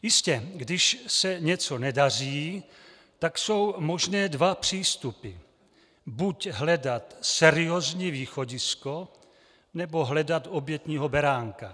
Jistě, když se něco nedaří, tak jsou možné dva přístupy buď hledat seriózní východisko, nebo hledat obětního beránka.